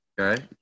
Okay